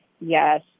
Yes